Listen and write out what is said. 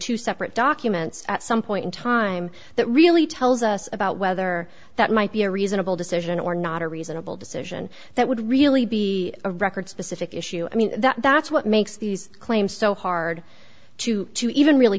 two separate documents at some point in time that really tells us about whether that might be a reasonable decision or not a reasonable decision that would really be a record specific issue i mean that's what makes these claims so hard to to even really